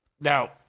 Now